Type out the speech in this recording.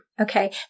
Okay